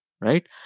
right